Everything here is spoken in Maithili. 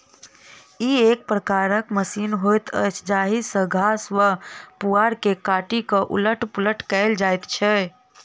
ई एक प्रकारक मशीन होइत अछि जाहि सॅ घास वा पुआर के काटि क उलट पुलट कयल जाइत छै